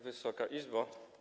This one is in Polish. Wysoka Izbo!